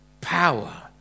power